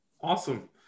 Awesome